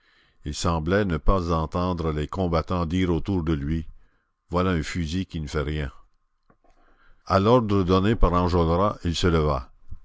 il semblait ne pas entendre les combattants dire autour de lui voilà un fusil qui ne fait rien à l'ordre donné par enjolras il se leva